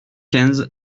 quinze